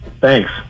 Thanks